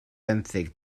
benthyg